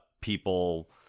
people